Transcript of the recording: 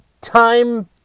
time